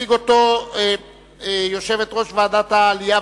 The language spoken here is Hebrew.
תציג אותה יושבת-ראש ועדת העלייה,